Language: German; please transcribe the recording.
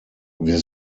wir